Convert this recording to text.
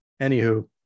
anywho